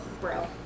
bro